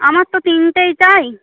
আমার তো তিনটেই চাই